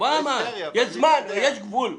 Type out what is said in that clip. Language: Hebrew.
יש גבול,